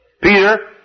Peter